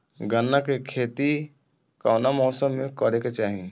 गन्ना के खेती कौना मौसम में करेके चाही?